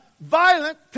violent